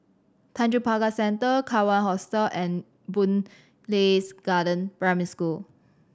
Tanjong Pagar Centre Kawan Hostel and Boon Lays Garden Primary School